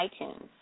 iTunes